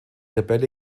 tabelle